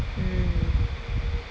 mm